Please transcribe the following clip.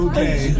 Okay